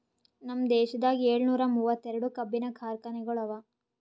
ನಮ್ ದೇಶದಾಗ್ ಏಳನೂರ ಮೂವತ್ತೆರಡು ಕಬ್ಬಿನ ಕಾರ್ಖಾನೆಗೊಳ್ ಅವಾ